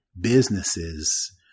businesses